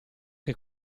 che